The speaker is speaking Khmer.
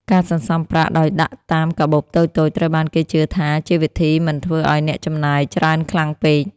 ការសន្សំប្រាក់ដោយដាក់តាមកាបូបតូចៗត្រូវបានគេជឿថាជាវិធីមិនធ្វើឱ្យអ្នកចំណាយច្រើនខ្លាំងពេក។